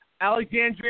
Alexandria